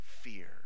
fear